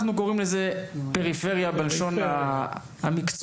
אנחנו קוראים לזה פריפריה בלשון המקצועית.